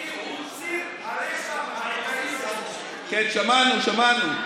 הישראלי הוא ציר הרשע המרכזי, כן, שמענו, שמענו.